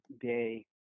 day